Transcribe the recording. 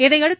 இதனையடுத்து